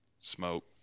Smoke